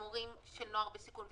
המורים של נוער בסיכון,